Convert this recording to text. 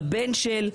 לבן של,